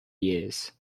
years